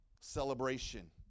celebration